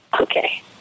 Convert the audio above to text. Okay